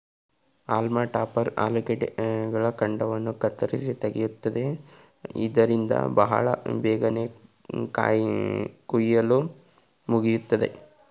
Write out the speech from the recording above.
haulm topper ಆಲೂಗಡ್ಡೆಗಳ ಕಾಂಡವನ್ನು ಕತ್ತರಿಸಿ ತೆಗೆಯುತ್ತದೆ ಇದರಿಂದ ಬಹಳ ಬೇಗನೆ ಕುಯಿಲು ಮುಗಿಯುತ್ತದೆ